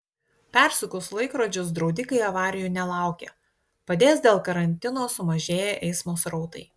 persukus laikrodžius draudikai avarijų nelaukia padės dėl karantino sumažėję eismo srautai